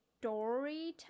storytelling